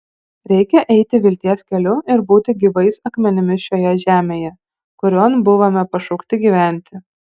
reikia eiti vilties keliu ir būti gyvais akmenimis šioje žemėje kurion buvome pašaukti gyventi